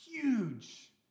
huge